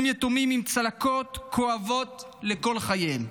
יתומים עם צלקות כואבות לכל חייהם.